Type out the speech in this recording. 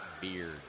beard